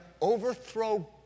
overthrow